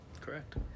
correct